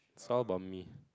it's all about me